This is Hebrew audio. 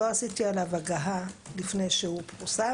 לא עשיתי עליו הגהה לפני שהוא פורסם?